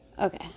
Okay